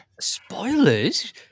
Spoilers